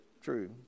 true